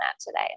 today